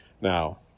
Now